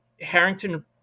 Harrington